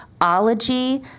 ology